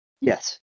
Yes